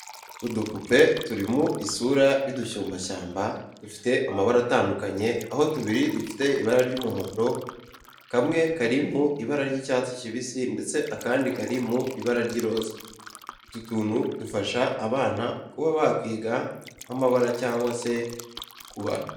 Udupupe turi mu isura y'udusumbashyamba dufite amabara atandukanye aho tubiri dufite ibara ry'umuhondo, kamwe kari mu ibara ry'icyatsi kibisi ndetse akandi kari mu ibara ry'iroza. Utu tuntu dufasha abana kuba bakwiga nk'amabara cyangwa se kubara.